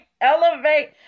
Elevate